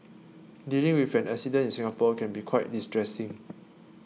dealing with an accident in Singapore can be quite distressing